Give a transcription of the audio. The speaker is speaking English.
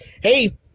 hey